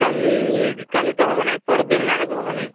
କାଲି କାଲି ତ ହେବନି ପଅରଦିନ ଆଡ଼କୁ ହେବନି